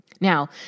Now